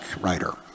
writer